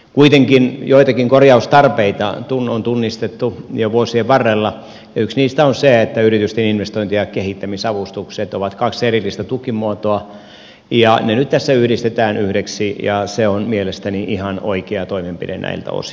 kuitenkin joitakin korjaustarpeita on tunnistettu jo vuosien varrella ja yksi niistä on se että yritysten investointi ja kehittämisavustukset ovat kaksi erillistä tukimuotoa ja ne nyt tässä yhdistetään yhdeksi ja se on mielestäni ihan oikea toimenpide näiltä osin